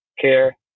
care